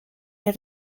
les